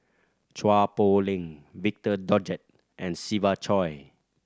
Chua Poh Leng Victor Doggett and Siva Choy